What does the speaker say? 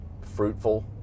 fruitful